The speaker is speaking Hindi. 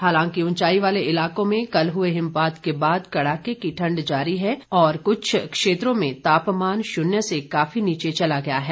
हांलाकि उंचाई वाले इलाकों में कल हुए हिमपात के बाद कड़ाके की ठंड जारी है और कुछ इलाकों में तापमान शून्य से काफी नीचे चला गया है